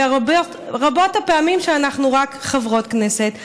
ורבות הפעמים שבהן אנחנו רק חברות כנסת.